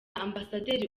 ambasaderi